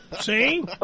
See